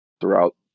throughout